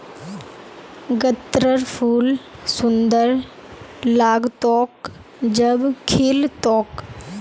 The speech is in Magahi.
गत्त्रर फूल सुंदर लाग्तोक जब खिल तोक